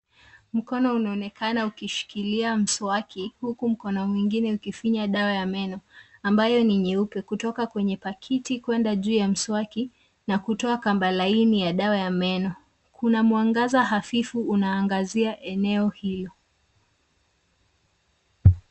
Mkono unaonekana ukishikilia mswaki huku mkono mwingine ukifinya dawa ya meno, ambayo ni nyeupe kutoka kwenye pakiti kwenda juu ya mswaki na kutoa kamba laini ya dawa ya meno. Kuna mwangaza hafifu unaangazia eneo hilo.